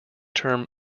term